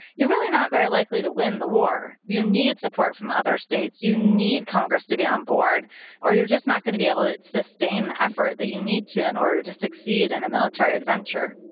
you're really not very likely to win the war. you need support from other states. you need congress to be on board or you're just not going to be able to sustain the effort that you need to in order to succeed in a military adventure